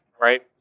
right